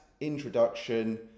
introduction